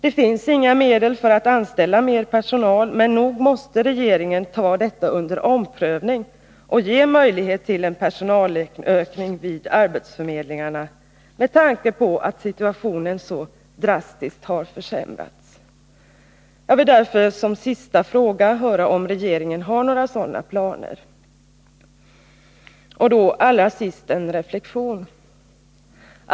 Det finns inga medel för att anställa mer personal, heter det, men nog måste regeringen ta detta under omprövning och ge möjlighet till en personalökning vid arbetsförmedlingarna med tanke på att situationen så drastiskt försämrats. Min sista fråga till arbetsmarknadsministern är därför: Har regeringen några sådana planer? Allra sist en reflexion.